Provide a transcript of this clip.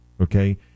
okay